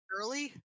early